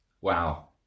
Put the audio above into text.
Wow